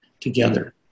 together